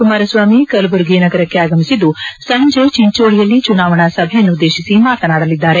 ಕುಮಾರಸ್ವಾಮಿ ಕಲಬುರಗಿ ನಗರಕ್ಕೆ ಆಗಮಿಸಿದ್ದು ಸಂಜೆ ಚಿಂಚೋಳಿಯಲ್ಲಿ ಚುನಾವಣಾ ಸಭೆಯನ್ನುದ್ದೇಶಿಸಿ ಮಾತನಾದಲಿದ್ದಾರೆ